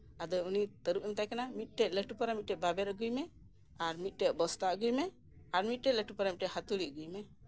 ᱟᱫᱚ ᱩᱱᱤ ᱛᱟᱹᱨᱩᱵᱽ ᱮ ᱢᱮᱛᱟᱭ ᱠᱟᱱᱟ ᱢᱤᱫᱴᱮᱡ ᱞᱟᱹᱴᱩ ᱯᱟᱨᱟᱝ ᱢᱤᱫᱴᱮᱡ ᱵᱟᱵᱮᱨ ᱟᱹᱜᱩᱭ ᱢᱮ ᱟᱨ ᱢᱤᱫᱴᱮᱡ ᱵᱚᱥᱛᱟ ᱟᱹᱜᱩᱭ ᱢᱮ ᱟᱨ ᱞᱟᱹᱴᱩ ᱯᱟᱨᱟ ᱢᱤᱫᱴᱮᱡ ᱦᱟᱹᱛᱩᱲᱤ ᱟᱹᱜᱩᱭ ᱢᱮ